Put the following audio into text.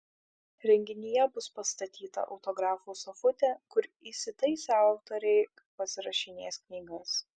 renginyje bus pastatyta autografų sofutė kur įsitaisę autoriai pasirašinės knygas